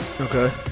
okay